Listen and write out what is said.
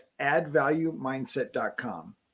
addvaluemindset.com